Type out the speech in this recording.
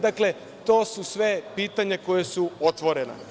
Dakle, to su sve pitanja koja su otvorena.